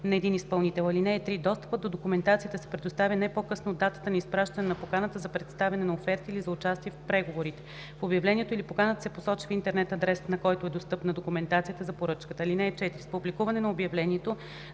на един изпълнител. (3) Достъпът до документацията се предоставя не по-късно от датата на изпращане на поканата за представяне на оферти или за участие в преговорите. В обявлението или поканата се посочва интернет адресът, на който е достъпна документацията за поръчката. (4) С публикуване на обявлението